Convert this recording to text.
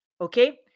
okay